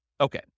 Okay